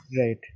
right